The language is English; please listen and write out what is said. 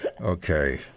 Okay